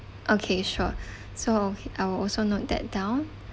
okay sure so I will also note that down